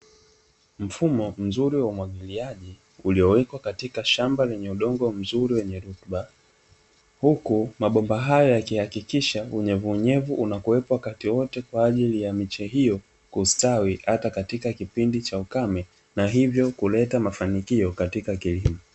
Mfumo mzuri wa umwagiliaji, uliowekwa katika shamba lenye udongo mzuri wenye rutuba huku mabomba hayo yakihakikisha unyevuunyevu unakuwepo wakati wote, kwa ajili ya miche hiyo kustawi hata katika kipindi cha ukame na hivyo kuleta mafanikio katika kilimo.